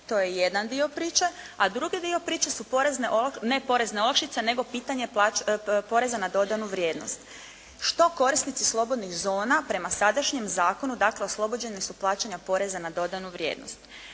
To je jedan dio priče, a drugi dio priče su pitanje poreza na dodanu vrijednost, što korisnici slobodnih zona prema sadašnjem zakonu, dakle oslobođeni su plaćanja poreza na dodanu vrijednost.